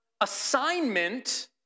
assignment